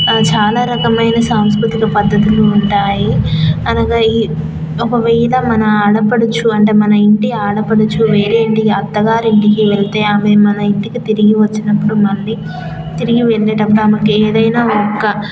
చాలా రకమైన సాంస్కృతిక పద్ధతులు ఉంటాయి అనగా ఈ ఒకవేళ మన ఆడపడుచు అంటే మన ఇంటి ఆడపడుచు వేరే ఇంటికి అత్తగారి ఇంటికి వెళితే ఆమె మన ఇంటికి తిరిగి వచ్చినప్పుడు మళ్ళీ తిరిగి వెళ్ళేటప్పుడు ఆమెకి ఏదైనా ఒక